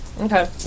Okay